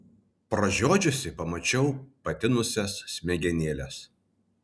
pražiodžiusi pamačiau patinusias smegenėles